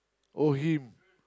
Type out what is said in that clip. or him